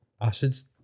acid's